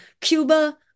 cuba